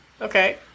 Okay